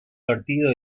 partido